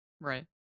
right